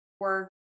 work